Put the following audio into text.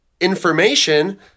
information